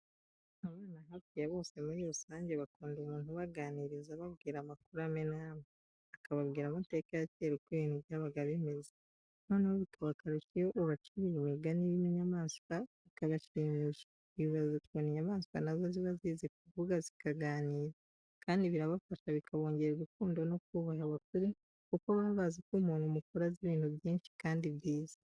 Abana hafi ya bose muri rusange bakunda umuntu ubaganiriza ababwira amakuru amwe n'amwe, akababwira amateka ya kera uko ibintu byabaga bimeze. Noneho bikaba akarusho iyo ubaciriye imigani irimo inyamanswa bikabashimisha bibaza ukuntu inyamanswa na zo ziba zizi kuvuga zikaganira, kandi birabafasha bikabongerera urukundo no kubaha abakuru kuko baba bazi ko umuntu mukuru azi ibintu byinshi kandi byiza.